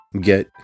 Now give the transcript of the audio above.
get